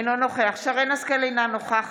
אינו נוכח שרן מרים השכל, אינה נוכחת